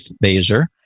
baser